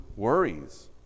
Worries